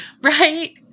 Right